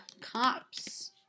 cops